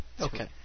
Okay